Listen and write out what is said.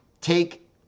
take